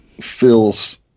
feels